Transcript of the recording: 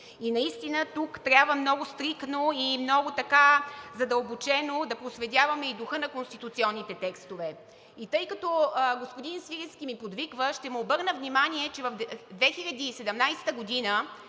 И настина тук трябва много стриктно и много задълбочено да проследяваме духа на конституционните текстове и тъй като господин Свиленски ми подвиква, ще му обърна внимание, че през 2017 г.